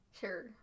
Sure